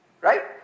Right